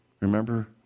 Remember